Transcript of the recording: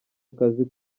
akazi